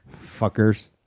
fuckers